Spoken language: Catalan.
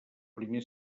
primer